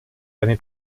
eine